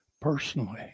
personally